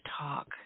talk